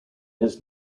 his